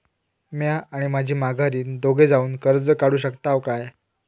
म्या आणि माझी माघारीन दोघे जावून कर्ज काढू शकताव काय?